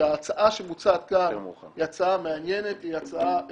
שההצעה שמוצעת כאן היא הצעה מעניינת והיא הצעה שונה,